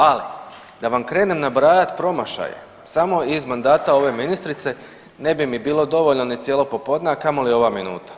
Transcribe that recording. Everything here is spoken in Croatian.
Ali da vam krenem nabrajati promašaje samo iz mandata ove ministrice ne bi mi bilo dovoljno ni cijelo popodne, a kamoli ova minuta.